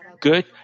good